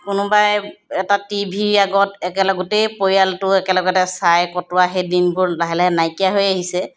কোনোবাই এটা টি ভিৰ আগত একেলগ গোটেই পৰিয়ালটো একেলগতে চাই কটোৱা সেই দিনবোৰ লাহে লাহে নাইকিয়া হৈ আহিছে